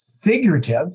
figurative